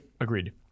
agreed